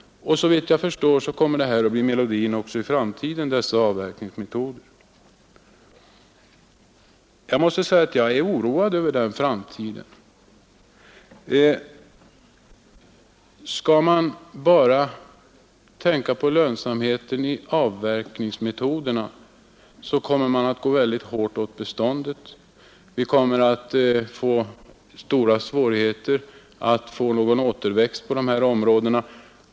Såvitt jag förstår blir dessa avverkningsmetoder melodin också i framtiden. Jag är oroad över den framtiden. Skall man bara tänka på lönsamheten i avverkningsmetoderna kommer man att gå hårt åt skogsbeståndet. Vi kommer att ha stora svårigheter att få någon återväxt i de här områdena.